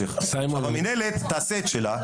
יש לי עוד הרבה דוגמאות אבל אני רוצה להתחיל את הדיון,